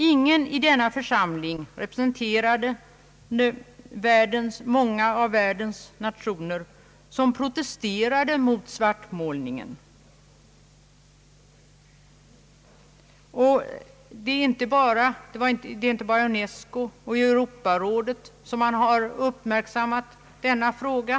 Ingen i denna församling, representerande många av världens nationer, protesterade efter vad jag hörde mot svartmålningen. Inte bara Unesco och Europarådet har uppmärksammat denna fråga.